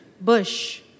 Bush